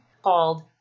called